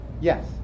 Yes